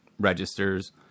registers